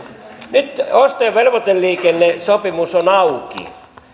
nyt osto ja velvoiteliikennesopimus on auki